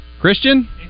Christian